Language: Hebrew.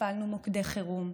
הפעלנו מוקדי חירום.